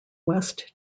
west